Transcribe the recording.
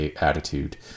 attitude